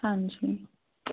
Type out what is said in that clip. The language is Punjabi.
ਹਾਂਜੀ